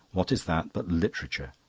what is that but literature?